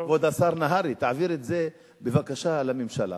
כבוד השר נהרי, תעביר את זה בבקשה לממשלה.